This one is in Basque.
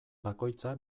bakoitza